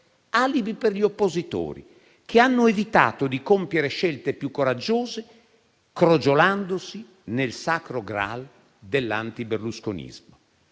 alibi per gli oppositori, che hanno evitato di compiere scelte più coraggiose, crogiolandosi nel Sacro Graal dell'antiberlusconismo.